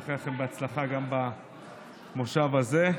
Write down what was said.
לאחל לך הצלחה גם במושב הזה.